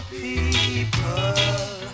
people